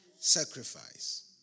Sacrifice